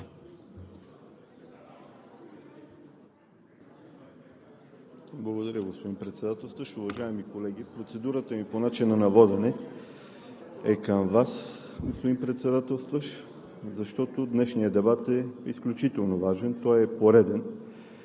Благодаря, господин Председателстващ.